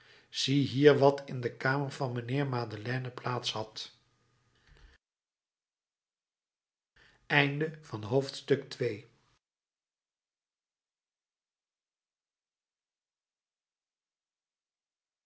open ziehier wat in de kamer van mijnheer madeleine plaats had